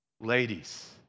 ladies